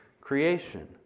creation